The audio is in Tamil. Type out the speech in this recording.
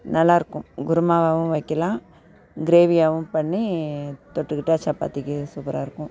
நல்லா இருக்கும் குருமாவாகவும் வைக்கலாம் கிரேவியாகவும் பண்ணி தொட்டுக்கிட்டால் சப்பாத்திக்கு சூப்பராக இருக்கும்